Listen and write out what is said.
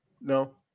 No